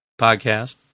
podcast